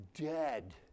dead